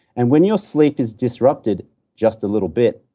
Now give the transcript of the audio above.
and when your sleep is disrupted just a little bit,